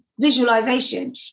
Visualization